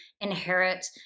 inherit